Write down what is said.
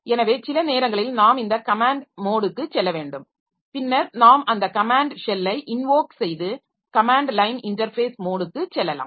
எனவே சில நேரங்களில் நாம் இந்த கமேன்ட் மோடுக்கு செல்ல வேண்டும் பின்னர் நாம் அந்த கமேன்ட் ஷெல்லை இன்வோக் செய்து கமேன்ட் லைன் இன்டர்ஃபேஸ் மோடுக்கு செல்லலாம்